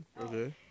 Okay